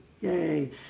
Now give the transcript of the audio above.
Yay